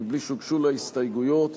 מבלי שהוגשו לה הסתייגויות.